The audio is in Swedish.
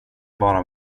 bara